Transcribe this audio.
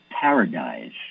paradise